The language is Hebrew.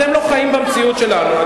אתם לא חיים במציאות שלנו.